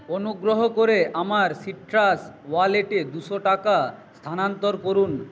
অনুগ্রহ করে আমার সিট্রাস ওয়ালেটে দুশো টাকা স্থানান্তর করুন